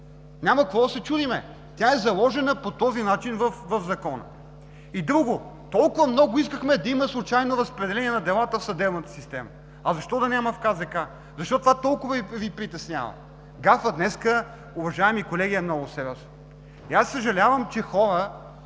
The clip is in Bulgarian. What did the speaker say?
Няма какво да се чудим! Тя е заложена по този начин в Закона. И друго. Толкова много искахме да има случайно разпределение на делата в съдебната система, а защо да няма в КЗК? Защо това толкова много Ви притеснява? Гафът днес, уважаеми колеги, е много сериозен. Аз съжалявам, че хора,